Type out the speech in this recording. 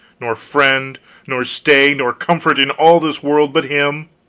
nor friend nor stay nor comfort in all this world but him!